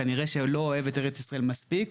כנראה שהוא לא אוהב את ארץ ישראל מספיק,